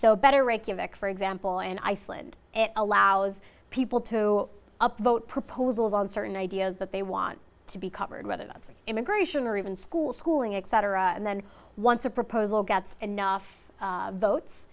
so better reykjavik for example and iceland it allows people to up vote proposals on certain ideas that they want to be covered by the immigration or even school schooling exciter and then once a proposal gets enough votes